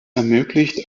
ermöglicht